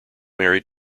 married